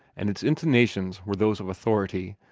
and its intonations were those of authority.